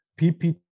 PPT